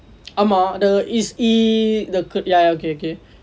ஆமா அது:aamaa athu is ya ya okay okay